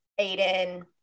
aiden